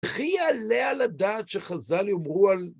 וכי יעלה על הדעת שחז"ל יאמרו על...